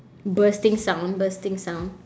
bursting sound bursting sound